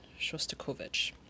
Shostakovich